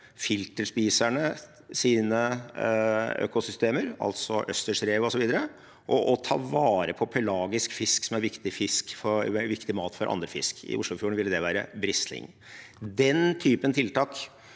filterspisernes økosystemer, altså østersrev osv., og ta vare på pelagisk fisk som er viktig mat for andre fisk. I Oslofjorden vil det være brisling. Den typen tiltak